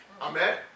Amen